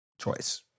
choice